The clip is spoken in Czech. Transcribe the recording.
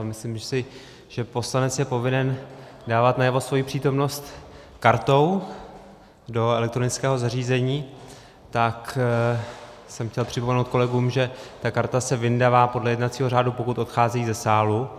A myslíme si, že poslanec je povinen dávat najevo svoji přítomnost kartou do elektronického zařízení, tak jsem chtěl připomenout kolegům, že ta karta se vyndavá podle jednacího řádu, pokud odchází ze sálu.